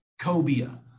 Cobia